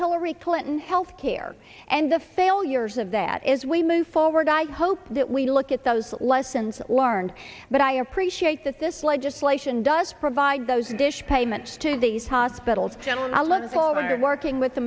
hillary clinton health care and the failures of that is we move forward i hope that we look at those lessons learned but i appreciate that this legislation does provide those dish payments to these hospitals general and i look forward to working with the